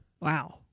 Wow